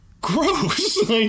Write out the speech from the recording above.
gross